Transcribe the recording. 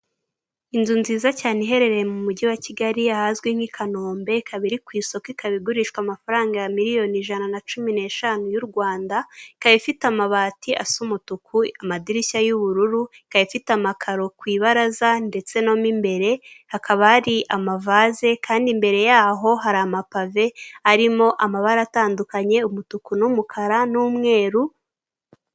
Inzu nziza cyane; iherereye mu mujyi wa Kigali, ahazwi nk'i kanombe, ikaba iri ku isoko, ikaba igurishwa amafaranga miliyoni ijana na cumi n'eshanu y'u rwanda, ikaba ifite amabati asa umutuku, amadirishya y'ubururu, ikaba ifite amakaro ku ibaraza, ndetse no mu imbere; hakaba hari amavase kandi mbere yaho hari amapave arimo amabara atandukanye; umutuku n'umukara n'umweru.